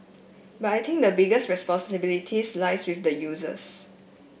but I think the biggest responsibility lies with the users